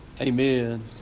Amen